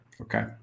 Okay